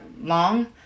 long